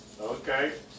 Okay